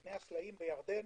מבני הסלעים בירדן